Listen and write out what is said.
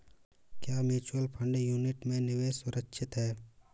क्या mutual fund unit में निवेश सुरक्षित है?